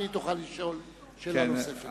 והיא תוכל לשאול שאלה נוספת.